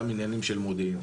גם עניינים של מודיעין.